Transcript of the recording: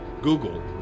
Google